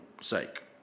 sake